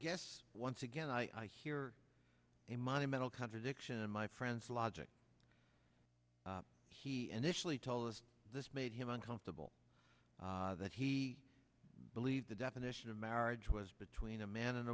guess once again i hear a monumental contradiction in my friend's logic he initially told us this made him uncomfortable that he believed the definition of marriage was between a man and